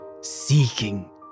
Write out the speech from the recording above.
seeking